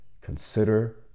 Consider